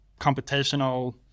computational